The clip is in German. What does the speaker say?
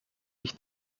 ich